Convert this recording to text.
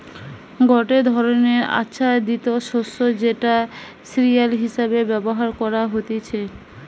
গটে ধরণের আচ্ছাদিত শস্য যেটা সিরিয়াল হিসেবে ব্যবহার করা হতিছে